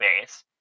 base